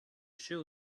shoot